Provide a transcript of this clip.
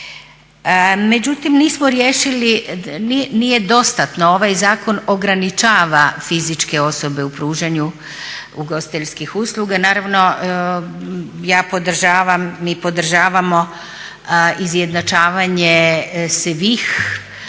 Međutim, nismo riješili, nije dostatno, ovaj zakon ograničava fizičke osobe u pružanju ugostiteljskih usluga. Naravno ja podržavam, mi podržavamo izjednačavanje svih